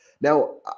Now